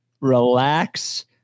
relax